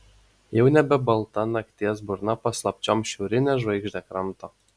jau nebe balta nakties burna paslapčiom šiaurinę žvaigždę kramto